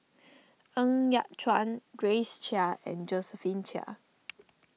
Ng Yat Chuan Grace Chia and Josephine Chia